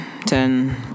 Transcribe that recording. ten